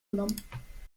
genommen